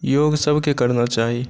योग सभकेँ करना चाही